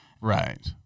Right